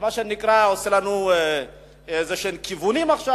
מה שנקרא כיוונים עכשיו.